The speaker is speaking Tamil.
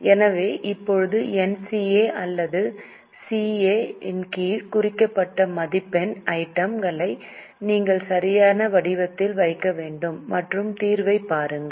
எனவே இப்போது NCA அல்லது CA இன் கீழ் குறிக்கப்பட்ட மதிப்பெண் ஐட்டம் களை நீங்கள் சரியான வடிவத்தில் வைக்க வேண்டும் மற்றும் தீர்வைப் பாருங்கள்